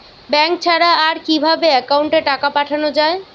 Bank ছাড়া আর কিভাবে একাউন্টে টাকা পাঠানো য়ায়?